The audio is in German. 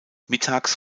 mittags